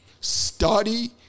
study